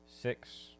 Six